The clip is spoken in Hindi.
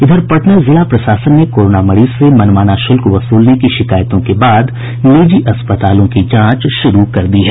इधर पटना जिला प्रशासन ने कोरोना मरीज से मनमाना शुल्क वसूलने की शिकायतों के बाद निजी अस्पतालों की जांच शुरू कर दी है